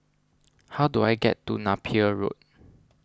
how do I get to Napier Road